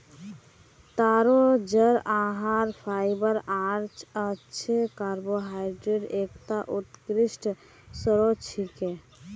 तारो जड़ आहार फाइबर आर अच्छे कार्बोहाइड्रेटक एकता उत्कृष्ट स्रोत छिके